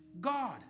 God